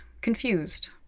confused